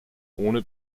ohne